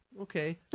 Okay